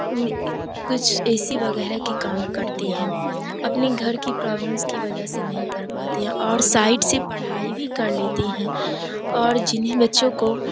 کچھ A C وغیرہ کے کام کرتے ہیں اپنے گھر کی پرابلمس کی وجہ سے نہیں پڑھ پاتے ہیں اور سائڈ سے پڑھائی بھی کر لیتے ہیں اور جنہیں بچوں کو